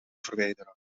verwijderen